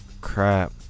crap